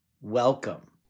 Welcome